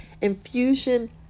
Infusion